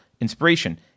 inspiration